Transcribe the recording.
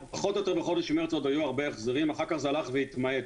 פחות או יותר בחודש מרץ עוד היו הרבה החזרים ואחר-כך זה הלך והתמעט.